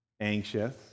Anxious